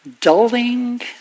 dulling